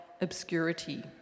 obscurity